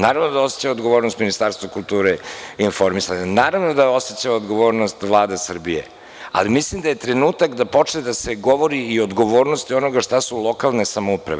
Naravno da osećam odgovornost Ministarstva kulture i informisanja, Naravno da osećam odgovornost Vlade Srbije, ali mislim da je trenutak da počne da se govori i o odgovornosti onoga šta su lokalne samouprave.